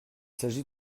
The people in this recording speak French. s’agit